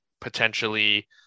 potentially